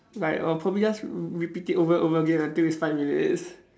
like I'll probably just re~ repeat it over and over again until it's five minutes